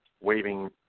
waving